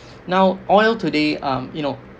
now oil today um you know